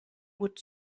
would